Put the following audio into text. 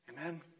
amen